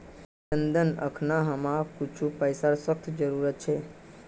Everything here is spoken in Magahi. चंदन अखना हमाक कुछू पैसार सख्त जरूरत छ